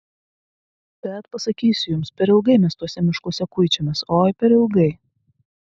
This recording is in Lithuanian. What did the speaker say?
bet pasakysiu jums per ilgai mes tuose miškuose kuičiamės oi per ilgai